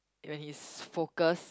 when he's focused